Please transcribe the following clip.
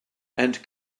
and